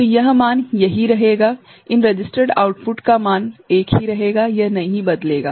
तो यह मान यहीं रहेगा इन रजिस्टर्ड आउटपुटका मान एक ही रहेगा यह नहीं बदलेगा